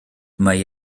mae